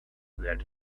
that